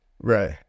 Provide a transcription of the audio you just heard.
Right